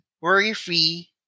worry-free